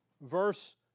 Verse